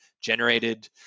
generated